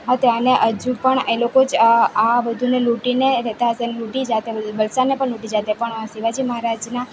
હતું અને હજુ પણ એ લોકોજ આ આ બધુને લૂંટીને રેતા હશે ને લૂંટી જાતા બધું વલસાડને પણ લૂંટી જાત એ પણ શિવાજી મહારાજના